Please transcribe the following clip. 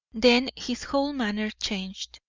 then his whole manner changed.